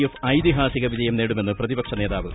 F ഐതിഹാസിക വിജയം നേടുമെന്ന് പ്രതിപക്ഷ നേതാവ്